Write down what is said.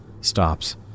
stops